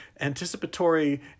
anticipatory